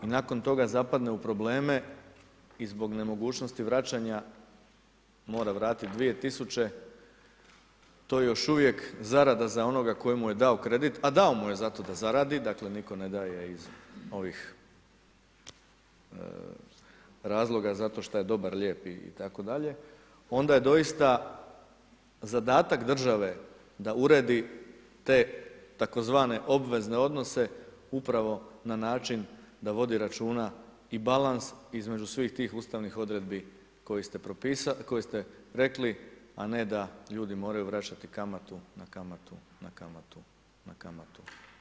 I nakon toga zapadne u probleme i zbog nemogućnosti vraćanja mora vratiti 2000, to je još uvijek zarada za onoga koji mu je dao kredit, a dao mu je zato da zaradi, dakle niko ne daje iz ovih razloga zato šta je dobar, lijep itd., onda je doista zadatak države da uredi te tzv. obvezne odnose upravo na način da vodi računa i balans između svih tih ustavnih odredbi koje ste rekli, a ne da ljudi moraju vraćati kamatu, na kamatu, na kamatu, na kamatu.